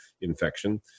infection